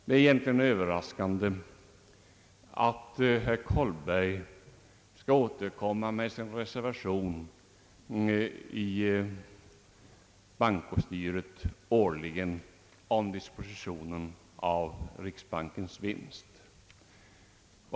Herr talman! Det är egentligen överraskande att herr Kollberg årligen skall återkomma med sin reservation i bankofullmäktige om dispositionen av riksbankens vinst.